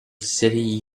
city